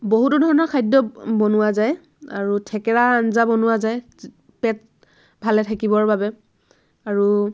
বহুতো ধৰণৰ খাদ্য বনোৱা যায় আৰু থেকেৰাৰ আঞ্জা বনোৱা যায় পেট ভালে থাকিবৰ বাবে আৰু